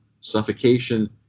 suffocation